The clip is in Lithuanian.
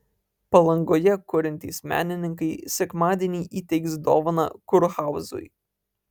palangoje kuriantys menininkai sekmadienį įteiks dovaną kurhauzui